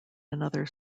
another